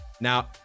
Now